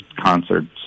concerts